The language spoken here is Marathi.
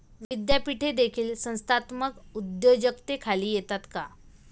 विद्यापीठे देखील संस्थात्मक उद्योजकतेखाली येतात का?